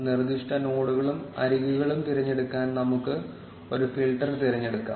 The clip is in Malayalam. നിർദ്ദിഷ്ട നോഡുകളും അരികുകളും തിരഞ്ഞെടുക്കാൻ നമുക്ക് ഒരു ഫിൽട്ടർ തിരഞ്ഞെടുക്കാം